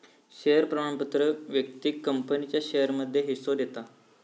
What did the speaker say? share प्रमाणपत्र व्यक्तिक कंपनीच्या शेयरमध्ये हिस्सो देता